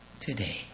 today